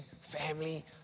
family